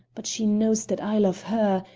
but she knows that i love her,